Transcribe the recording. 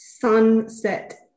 Sunset